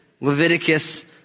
Leviticus